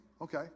okay